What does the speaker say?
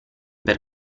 per